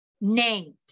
named